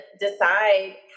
decide